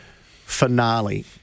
finale